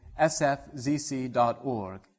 sfzc.org